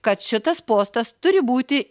kad šitas postas turi būti